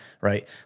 right